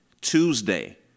Tuesday